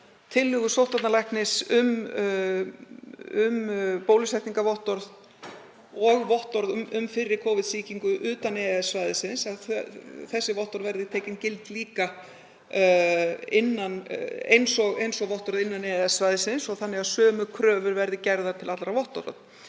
tillögu sóttvarnalæknis um bólusetningarvottorð og vottorð um fyrri Covid-sýkingu utan EES-svæðisins, þ.e. að þessi vottorð verði tekin gild líka eins og vottorð innan EES-svæðisins þannig að sömu kröfur verði gerðar til allra vottorða.